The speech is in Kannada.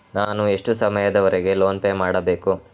ನಾನು ಎಷ್ಟು ಸಮಯದವರೆಗೆ ಲೋನ್ ಪೇ ಮಾಡಬೇಕು?